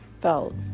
felt